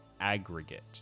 Aggregate